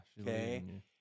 Okay